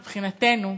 מבחינתנו,